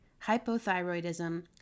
hypothyroidism